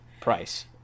Price